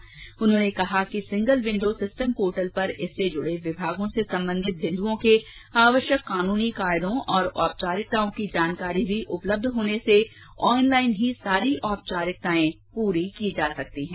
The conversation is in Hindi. उर्न्होने कहा कि सिंगल विण्डों सिस्टम पोर्टल पर इससे जुड़े विमार्गो से संबंधित बिन्दुओं के आवश्यक कानून कायदों और औपचारिकताओं की जानकारी भी उपलब्ध होने से ऑनलाईन ही सारी औपचारिकताए पूरी की जा सकती है